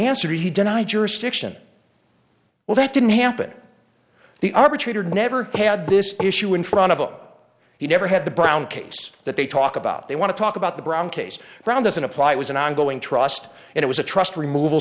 answered he denied jurisdiction well that didn't happen the arbitrator never had this issue in front of oh he never had the brown case that they talk about they want to talk about the brown case brown doesn't apply it was an ongoing trust it was a trust remov